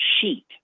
sheet